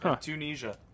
Tunisia